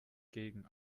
gegen